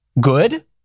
good